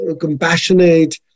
compassionate